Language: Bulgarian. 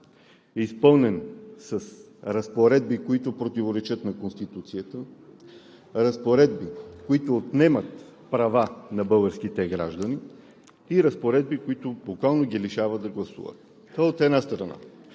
изпълнен с разпоредби, които противоречат на Конституцията; разпоредби, които отнемат права на българските граждани, и разпоредби, които буквално ги лишават да гласуват. Това – от една страна.